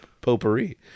potpourri